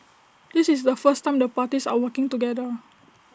this is the first time the parties are working together